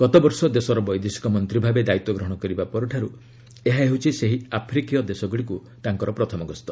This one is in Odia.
ଗତ ବର୍ଷ ଦେଶର ବୈଦେଶିକ ମନ୍ତ୍ରୀ ଭାବେ ଦାୟିତ୍ୱ ଗ୍ରହଣ କରିବା ପରଠାରୁ ଏହା ହେଉଛି ସେହି ଆଫ୍ରିକୀୟ ଦେଶଗୁଡ଼ିକୁ ତାଙ୍କର ପ୍ରଥମ ଗସ୍ତ